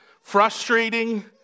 frustrating